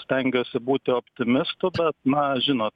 stengiuosi būti optimistu bet na žinot